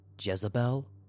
Jezebel